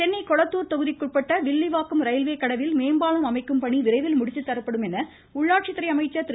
சென்னை கொளத்தூர் தொகுதிக்குட்பட்ட வில்லிவாக்கம் ரயில்வே கடவில் மேம்பாலம் அமைக்கும் பணி விரைவில் முடித்துதரப்படும் என்று உள்ளாட்சி துறை அமைச்சர் திரு